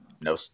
no